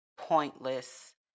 pointless